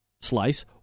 slice